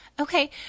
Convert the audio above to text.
Okay